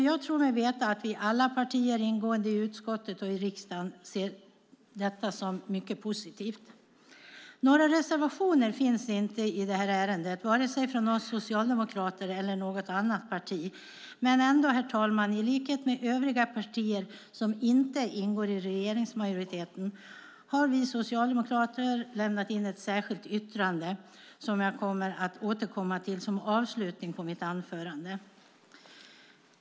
Jag tror mig veta att alla partier ingående i utskottet och riksdagen ser detta som mycket positivt. Några reservationer finns inte i ärendet, vare sig från oss socialdemokrater eller från något annat parti. Men ändå, herr talman, har vi socialdemokrater, i likhet med övriga partier som inte ingår i regeringsmajoriteten, lämnat in ett särskilt yttrande, som jag återkommer till som avslutning på mitt anförande.